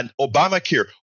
Obamacare